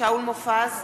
שאול מופז,